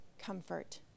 comfort